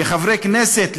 כחברי כנסת,